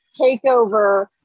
takeover